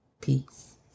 Peace